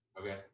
Okay